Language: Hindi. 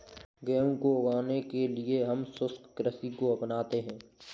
गेहूं को उगाने के लिए हम शुष्क कृषि को अपनाते हैं